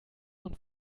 und